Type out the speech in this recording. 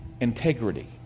integrity